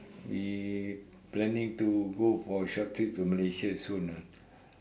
we planning to go for short trip to Malaysia soon ah